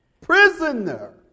prisoner